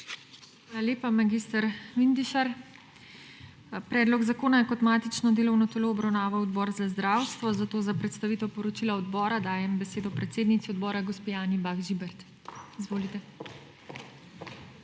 Hvala lepa, mag. Vindišar. Predlog zakona je kot matično delovno telo obravnaval Odbor za zdravstvo, zato za predstavitev poročila odbora dajem besedo predsednici odbora, gospe Anji Bah Žibert. Izvolite. **ANJA